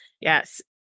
yes